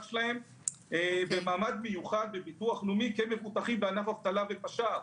שלהם במעמד מיוחד בביטוח לאומי כמבוטחים בענף אבטלה ופש"ר,